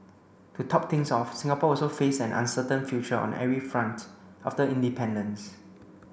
to top things off Singapore also faced an uncertain future on every front after independence